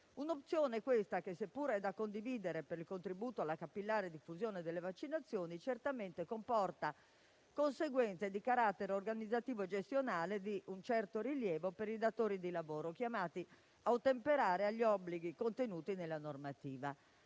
opzione, seppure da condividere per il contributo alla capillare diffusione delle vaccinazioni, certamente comporta delle conseguenze di carattere organizzativo e gestionale di un certo rilievo per i datori di lavoro, chiamati a ottemperare agli obblighi contenuti nella normativa.